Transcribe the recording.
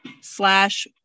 slash